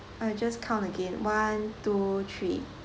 I'll just count again one two three